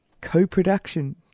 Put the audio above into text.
co-production